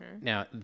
Now